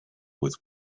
with